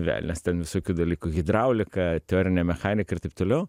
velnias ten visokių dalykų hidraulika teorinė mechanika ir taip toliau